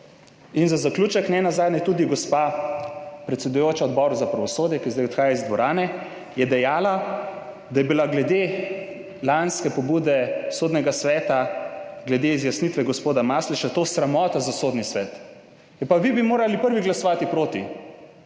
In za zaključek, nenazadnje je tudi gospa predsedujoča Odboru za pravosodje, ki zdaj odhaja iz dvorane, dejala, da je bila lanska pobuda Sodnega sveta glede zjasnitve gospoda Masleše sramota za Sodni svet. Ja pa vi bi morali prvi glasovati proti